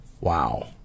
Wow